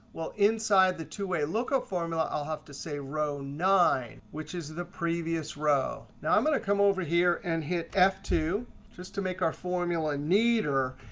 well, inside the two a lookup formula, i'll have to say row nine, which is the previous row. now, i'm going to come over here and hit f two just to make our formula neater.